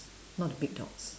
not the big dogs